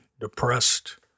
depressed